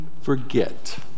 forget